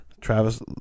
Travis